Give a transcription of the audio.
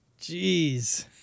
Jeez